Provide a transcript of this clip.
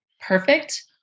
perfect